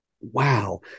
Wow